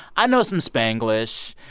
i know some spanglish.